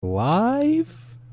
Live